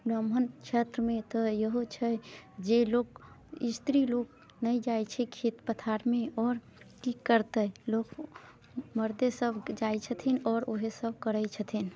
ब्राह्मण छेत्रमे तऽ इहो छै जे लोक स्त्री लोक नहि जाइत छै खेत पथारमे आओर की करतै लोक मरदे सभ जाइत छथिन आओर ओहे सभ करैत छथिन